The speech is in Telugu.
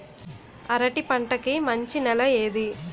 అరటి పంట కి మంచి నెల ఏది?